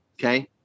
Okay